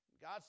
God